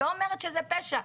לא אומרת שזה פשע.